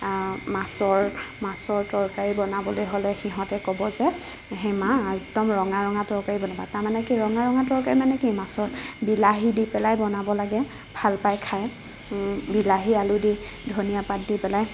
মাছৰ মাছৰ তৰকাৰী বনাবলৈ হ'লে সিহঁতে ক'ব যে হে মা একদম ৰঙা ৰঙা তৰকাৰী বনাবা তাৰমানে কি ৰঙা ৰঙা তৰকাৰী মানে কি মাছৰ বিলাহী দি পেলাই বনাব লাগে ভাল পায় খাই বিলাহী আলু দি ধনীয়া পাত দি পেলাই